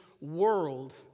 world